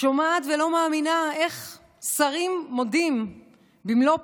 שומעת ולא מאמינה איך שרים מודים במלוא